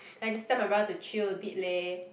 and this time my brother to chill a bit leh